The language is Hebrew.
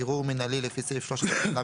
ערעור מינהלי לפי סעיף 13לא,